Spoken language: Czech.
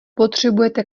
potřebujete